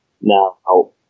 Now